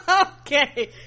okay